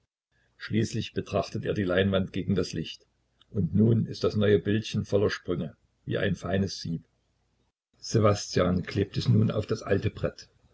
schließlich betrachtet er die leinwand gegen das licht und nun ist das neue bildchen voller sprünge wie ein feines sieb ssewastjan klebt es nun auf das alte brett